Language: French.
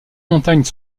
montagnes